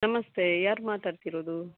ನಮಸ್ತೆ ಯಾರು ಮಾತಾಡ್ತಿರೋದು